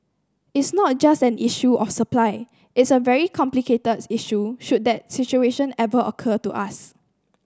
it's not just an issue of supply it's a very complicated issue should that situation ever occur to us